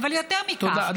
אבל יותר מכך, תודה.